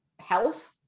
health